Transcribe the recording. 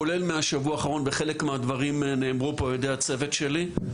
כולל מהשבוע האחרון וחלק מהדברים נאמרו פה על ידי הצוות שלי.